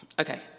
Okay